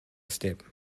step